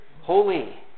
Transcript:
holy